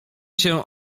cię